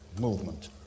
movement